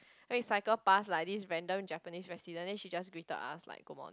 then we cycled pass like this random Japanese resident then she just greeted us like good morning